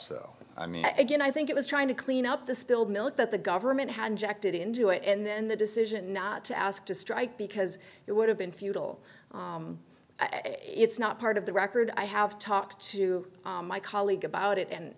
though i mean again i think it was trying to clean up the spilled milk that the government had injected into it and then the decision not to ask to strike because it would have been futile it's not part of the record i have talked to my colleague about it and